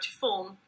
form